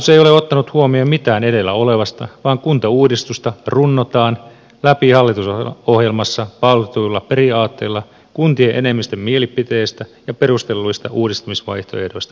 hallitus ei ole ottanut huomioon mitään edellä olevasta vaan kuntauudistusta runnotaan läpi hallitusohjelmassa paalutetuilla periaatteilla kuntien enemmistön mielipiteistä ja perustelluista uudistamisvaihtoehdoista piittaamatta